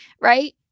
right